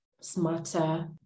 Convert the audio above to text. smarter